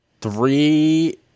three